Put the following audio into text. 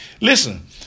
Listen